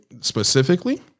specifically